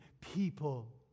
people